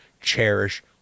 cherish